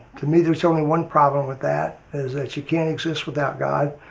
to me there's only one problem with that is that you can't exist without god,